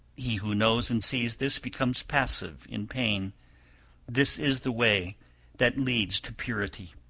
he who knows and sees this becomes passive in pain this is the way that leads to purity.